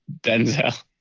Denzel